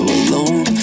alone